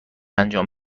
انجام